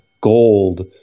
gold